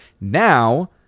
now